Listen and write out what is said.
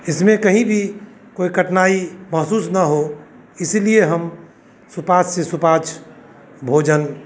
इसमें कहीं भी कोई कठिनाई महसूस न हो इसीलिए हम सुपाच्य से सुपाच्य भोजन